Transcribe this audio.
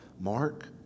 Mark